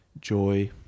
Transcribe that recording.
joy